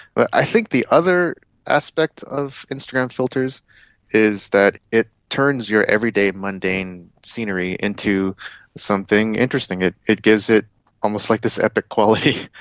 but i think the other aspect of instagram filters is that it turns your everyday mundane scenery into something interesting, it it gives it almost like this epic quality.